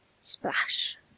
Splash